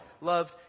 loved